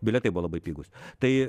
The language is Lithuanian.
bilietai buvo labai pigūs tai